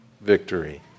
victory